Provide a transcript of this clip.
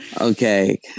Okay